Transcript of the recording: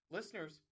Listeners